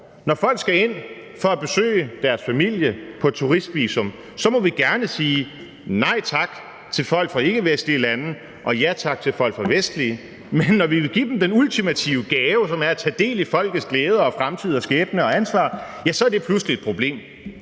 Når folk skal ind for at besøge deres familie på et turistvisum, må vi gerne sige nej tak til folk fra ikkevestlige lande og ja tak til folk fra vestlige, men når vi vil give dem den ultimative gave, som er at tage del i folkets glæder og fremtid og skæbne og ansvar, er det pludselig et problem.